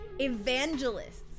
evangelists